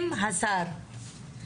עם השר.